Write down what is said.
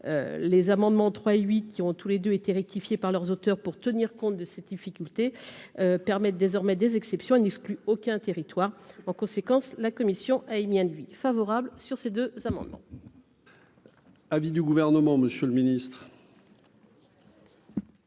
les amendements trois huit qui ont tous les 2 été rectifiée par leurs auteurs pour tenir compte de cette difficulté permettent désormais des exceptions, il n'exclut aucun territoire en conséquence, la commission a émis un devis favorable sur ces deux amendements.